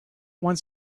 want